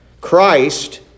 Christ